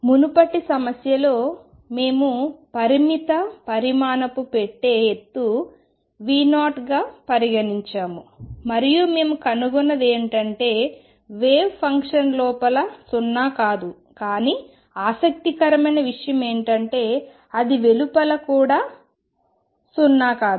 మునుపటి సమస్యలో మేము పరిమిత పరిమాణపు పెట్టె ఎత్తు V0 గా పరిగణించాము మరియు మేము కనుగొన్నది ఏమిటంటే వేవ్ ఫంక్షన్ లోపల సున్నా కాదు కానీ ఆసక్తికరమైనా విషయం ఏమిటంటే అది వెలుపల కూడా సున్నా కాదు